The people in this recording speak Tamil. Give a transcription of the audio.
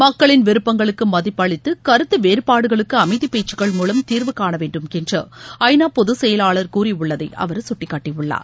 மக்களின் விருப்பங்களுக்கு மதிப்பளித்து கருத்து வேறபாடுகளுக்கு அமைதிப் பேச்சுக்கள் மூலம் தீர்வு காண வேண்டும் என்று ஐ நா பொதுச்செயவாளர் கூறியுள்ளதை அவர் கட்டிக்காட்டியுள்ளார்